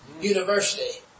University